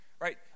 Right